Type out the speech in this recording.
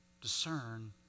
discern